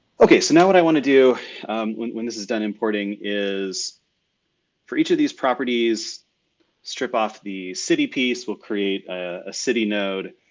okay, so now what i wanna do when when this is done importing, is for each of these properties strip off the city piece, we'll create a city node.